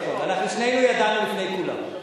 אנחנו שנינו ידענו לפני כולם.